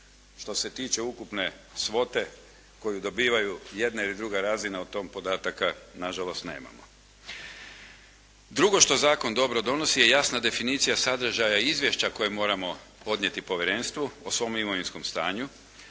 Što se tiče ukupne svote koju dobivaju jedna ili druga razina, o tom podataka na žalost nemamo. Drugo što zakon dobro donosi je jasna definicija sadržaja izvješća koje moramo podnijeti povjerenstvu o svom imovinskom stanju,